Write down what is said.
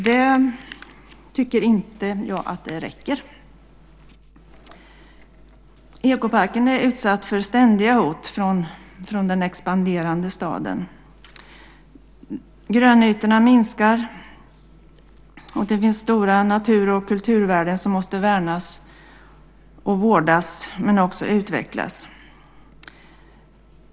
Jag tycker inte att det räcker. Ekoparken är utsatt för ständiga hot från den expanderande staden. Grönytorna minskar. Det finns stora natur och kulturvärden som måste värnas och vårdas men också utvecklas.